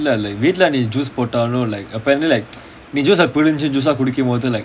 வீட்லநீபோட்டாலும்:veetla nee potalum like apparently like நீபிழிஞ்சிகுடிக்கும்போது:nee pilinchi kudikumpothu